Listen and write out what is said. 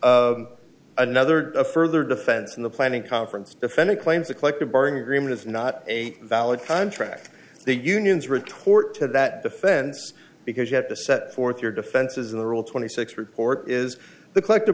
another a further defense in the planning conference defendant claims a collective bargaining agreement is not a valid contract the union's retorts to that defense because you have to set forth your defenses of the rule twenty six report is the collective